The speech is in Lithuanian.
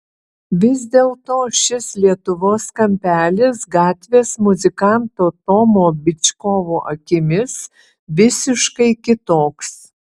vis dėlto šis lietuvos kampelis gatvės muzikanto tomo byčkovo akimis visiškai kitoks